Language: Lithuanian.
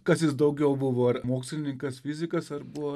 kas jis daugiau buvo ar mokslininkas fizikas ar buvo